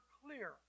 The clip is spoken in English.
clear